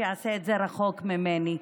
שיעשה את זה רחוק ממני,